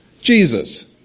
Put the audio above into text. Jesus